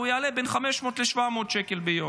הוא יעלה בין 500 ל-700 שקל ביום.